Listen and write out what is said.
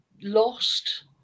lost